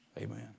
Amen